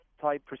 type